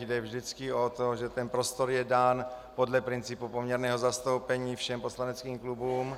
Jde vždycky o to, že ten prostor je dán podle principu poměrného zastoupení všem poslaneckým klubům.